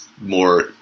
more